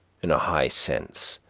in a high sense,